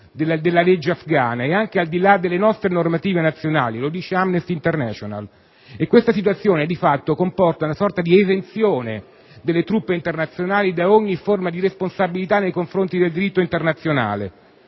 della legge afghana e anche al di là delle nostre normative nazionali; lo dice Amnesty International. Questa situazione di fatto comporta una sorta di esenzione delle truppe internazionali da ogni forma di responsabilità nei confronti del diritto internazionale.